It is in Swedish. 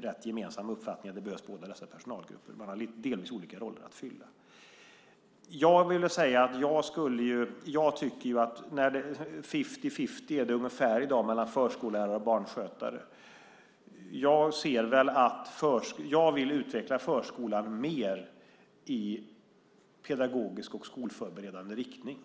rätt gemensam uppfattning att båda dessa personalgrupper behövs. De har delvis olika roller att fylla. Jag tror att det ungefär är fifty-fifty när det gäller förskollärare och barnskötare. Jag vill utveckla förskolan mer i pedagogisk och skolförberedande riktning.